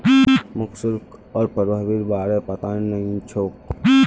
मोक शुल्क आर प्रभावीर बार पता नइ छोक